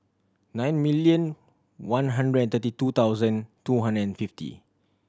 nine million one hundred and thirty two thousand two hundred and fifty